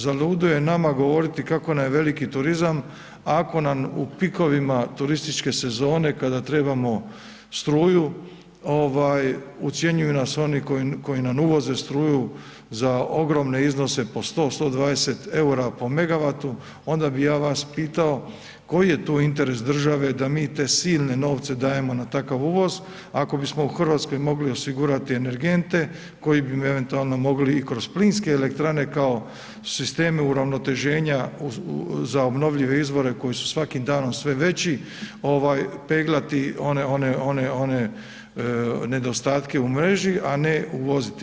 Zalud je nama govoriti kako nam je veliki turizam ako nam u pikovima turističke sezone kada trebamo struju, ucjenjuju nas oni koji nam uvoze struju za ogromne iznose po 100, 120 eura po megavatu, onda bi ja vas pitao koji je tu interes države da mi te silne novce dajemo na takav uvoz ako bismo u Hrvatskoj mogli osigurati energente koji bi eventualno mogli i kroz plinske elektrane kao sisteme uravnoteženja za obnovljive izvore koji su svakim danom sve veći, peglati one nedostatke a ne uvoziti?